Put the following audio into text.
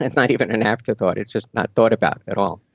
and not even an afterthought. it's just not thought about at all